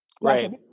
Right